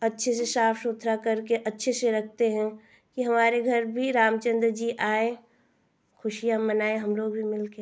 अच्छे से साफ़ सुथरा करके अच्छे से रखते हैं कि हमारे घर भी रामचन्द्र जी आएँ खुशियाँ मनाएँ हमलोग भी मिलकर